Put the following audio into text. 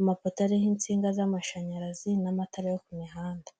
amapoto ariho insinga z'amashanyarazi n'amatara yo ku mihanda.